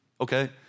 okay